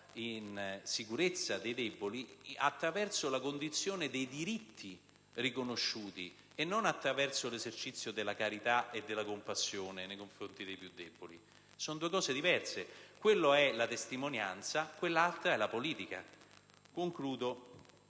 in sicurezza dei deboli attraverso l'esercizio dei diritti riconosciuti e non attraverso l'esercizio della carità e della compassione nei confronti dei più deboli. Sono due cose diverse: una è la testimonianza, l'altra è la politica. Concludo